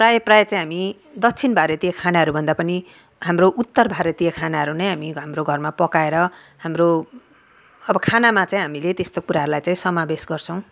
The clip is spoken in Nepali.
प्रायः प्रायः चाहिँ हामी दक्षिण भारतीय खानाहरू भन्दा पनि हाम्रो उत्तर भारतीय खानाहरू नै हामी हाम्रो घरमा पकाएर हाम्रो अब खानामा चाहिँ हामीले त्यस्तो कुराहरूलाई चाहिँ समावेश गर्छौँ